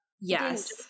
yes